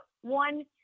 One